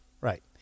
Right